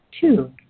Two